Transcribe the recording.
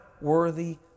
worthy